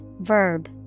Verb